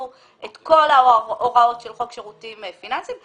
את כל ההוראות של חוק שירותים פיננסיים.